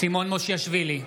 מושיאשוילי,